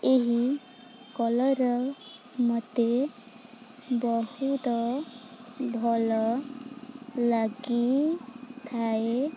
ଏହି କଲର ମତେ ବହୁତ ଭଲ ଲାଗିଥାଏ